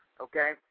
okay